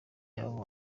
y’aba